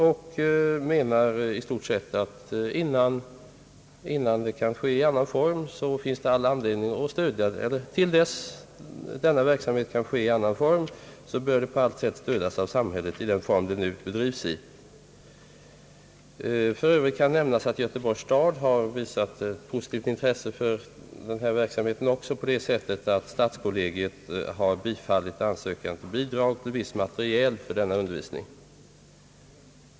Man menar i stort sett att till dess denna verksamhet kan ske i annan form bör den på allt sätt stödjas av samhället i den form den nu bedrivs. För övrigt kan nämnas att Göteborgs stad har visat ett positivt intresse för denna verksamhet på det sättet, att stadskollegiet har bifallit ansökan om bidrag till viss materiel för denna undervisning.